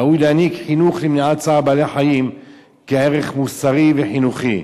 ראוי להנהיג חינוך למניעת צער בעלי-חיים כערך מוסרי וחינוכי.